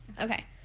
Okay